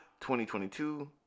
2022